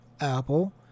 Apple